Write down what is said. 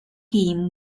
him